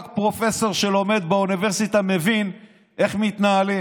גם של הדירקטורים, צריך להיות כל עם ישראל.